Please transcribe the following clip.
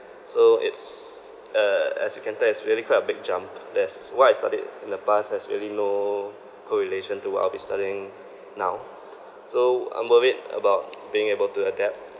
so it's uh as you can tell it's really quite a big jump that's what I studied in the past has really no correlation to what I'll be studying now so I'm worried about being able to adapt